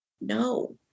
no